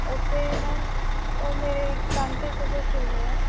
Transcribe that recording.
ਅਤੇ ਮੈਮ ਉਹ ਮੇਰੇ ਟਾਂਕੇ ਕਦੋਂ ਖੁਲਣੇ ਹੈ